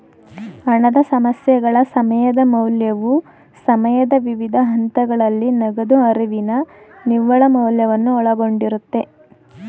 ಹಣದ ಸಮಸ್ಯೆಗಳ ಸಮಯದ ಮೌಲ್ಯವು ಸಮಯದ ವಿವಿಧ ಹಂತಗಳಲ್ಲಿ ನಗದು ಹರಿವಿನ ನಿವ್ವಳ ಮೌಲ್ಯವನ್ನು ಒಳಗೊಂಡಿರುತ್ತೆ